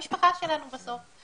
זו המשפחה שלנו בסוף.